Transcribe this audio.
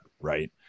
right